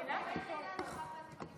איך "אינה נוכחת" אם אני פה?